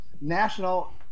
national –